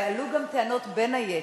ועלו גם טענות, בין היתר,